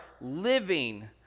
living